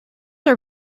are